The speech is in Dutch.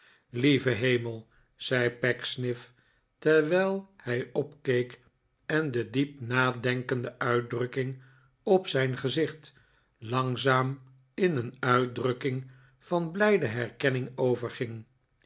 lieve hemel zei pecksniff terwijl hij opkeek en de diep nadenkende uitdrukking op zijn gezicht langzaam in een uitdrukking van blijde herkenning